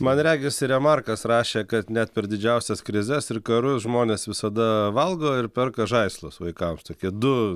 man regis ir remarkas rašė kad net per didžiausias krizes ir karus žmonės visada valgo ir perka žaislus vaikams tokie du